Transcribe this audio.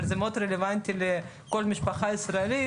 אבל זה מאוד רלוונטי לכל משפחה ישראל,